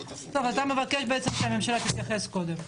--- אתה מבקש בעצם שהממשלה תתייחס קודם.